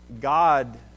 God